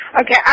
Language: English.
Okay